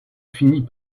finit